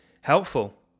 helpful